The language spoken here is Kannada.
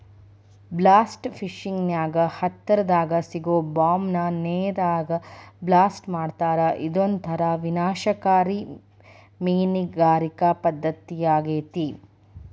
ಬ್ಲಾಸ್ಟ್ ಫಿಶಿಂಗ್ ನ್ಯಾಗ ಹತ್ತರದಾಗ ಸಿಗೋ ಬಾಂಬ್ ನ ನೇರಾಗ ಬ್ಲಾಸ್ಟ್ ಮಾಡ್ತಾರಾ ಇದೊಂತರ ವಿನಾಶಕಾರಿ ಮೇನಗಾರಿಕೆ ಪದ್ದತಿಯಾಗೇತಿ